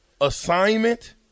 assignment